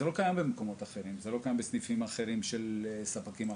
זה לא קיים במקומות אחרות ולא בסניפים אחרים של ספקים אחרים.